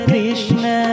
Krishna